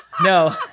no